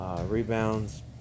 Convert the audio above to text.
rebounds